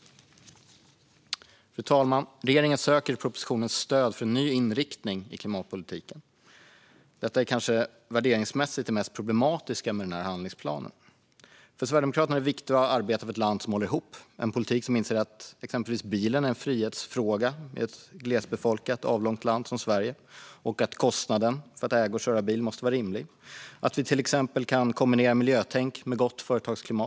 Fru talman! Regeringen söker i propositionen stöd för en ny inriktning i klimatpolitiken. Detta är kanske värderingsmässigt det mest problematiska med handlingsplanen. För Sverigedemokraterna är det viktigt att arbeta för ett land som håller ihop, en politik där man inser att exempelvis bilen är en frihetsfråga i ett glesbefolkat avlångt land som Sverige och att kostnaden för att äga och köra bil måste vara rimlig. Det handlar om att vi till exempel kan kombinera miljötänk med gott företagsklimat.